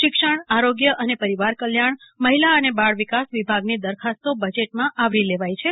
શિક્ષણ આરોગ્ય અને પરિવાર કલ્યાણ મહિલા અને બાળ વિકાસ વિભાગની દરખાસ્તો બજેટમાં આવરી લેવાઈ છે